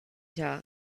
talk